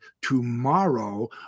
tomorrow